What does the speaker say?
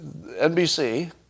NBC